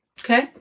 okay